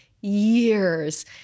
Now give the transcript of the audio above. years